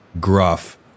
gruff